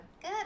good